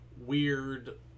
weird